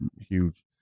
huge